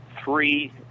three